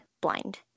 blind